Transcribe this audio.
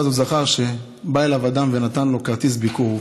ואז הוא זכר שבא אליו אדם ונתן לו כרטיס ביקור.